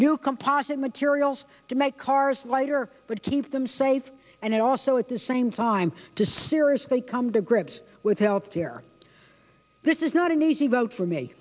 new composite materials to make cars lighter but keep them safe and also at the same time to serious they come to grips with health care this is not an easy vote for me